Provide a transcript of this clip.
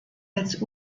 als